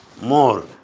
more